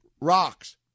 rocks